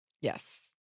yes